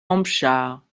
hampshire